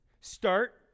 start